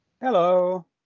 Hello